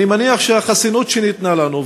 אני מניח שהחסינות שניתנה לנו,